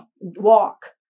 Walk